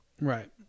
Right